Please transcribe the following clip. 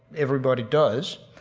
everybody does,